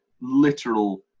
literal